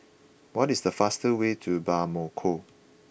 what is the fastest way to Bamako